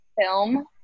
film